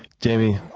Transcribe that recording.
jamie,